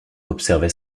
observait